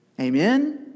Amen